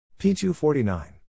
P249